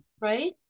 right